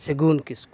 ᱥᱮᱜᱩᱱ ᱠᱤᱥᱠᱩ